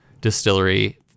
Distillery